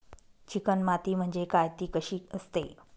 Chicken माती म्हणजे काय? ति कशी असते?